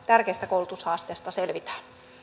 tärkeästä koulutushaasteesta selviämme